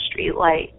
streetlight